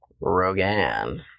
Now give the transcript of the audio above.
Rogan